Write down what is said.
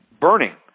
burning